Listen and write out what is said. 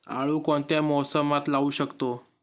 आळू कोणत्या मोसमात लावू शकतो?